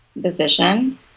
decision